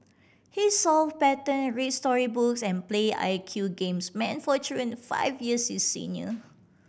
he solve pattern reads story books and play I Q games meant for children five years his senior